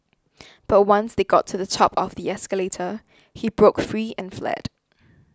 but once they got to the top of the escalator he broke free and fled